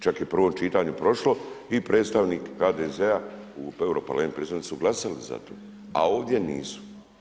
Čak je i prvo čitanje prošlo i predstavnik HDZ-a u Europarlamentu, predstavnici su glasali za to a ovdje nisu.